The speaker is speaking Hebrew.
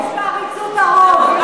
זו עריצות הרוב.